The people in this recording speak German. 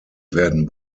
werden